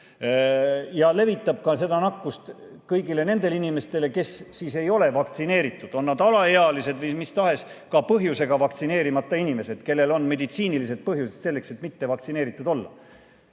ta levitab nakkust kõigile nendele inimestele, kes ei ole vaktsineeritud, on nad alaealised või mis tahes muul põhjusel vaktsineerimata inimesed, näiteks kellel on meditsiinilised põhjused selleks, et mitte vaktsineeritud olla.